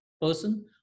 person